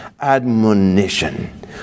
Admonition